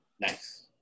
Nice